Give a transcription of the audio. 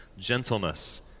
gentleness